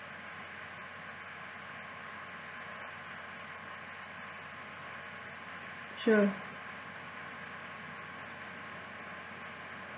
sure